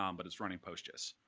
um but it's running postgis.